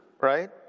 right